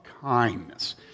kindness